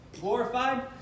Glorified